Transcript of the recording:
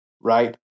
right